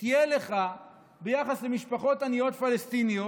תהיה לך ביחס למשפחות עניות פלסטיניות,